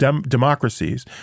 democracies